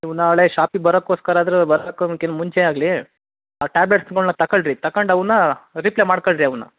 ನೀವು ನಾಳೆ ಶಾಪಿಗೆ ಬರಕ್ಕೋಸ್ಕರ ಆದರೂ ಬರಕ್ಕೆ ಕಿನ್ ಮುಂಚೆ ಆಗಲಿ ಆ ಟ್ಯಾಬ್ಲೆಟ್ಸ್ಗಳ್ನ ತಕೊಳ್ರಿ ತಕಂಡು ಅವನ್ನ ರಿಪ್ಲೆ ಮಾಡ್ಕೊಳ್ರಿ ಅವನ್ನ